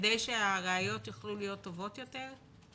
כדי שהראיות יוכלו להיות טובות יותר?